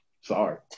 Sorry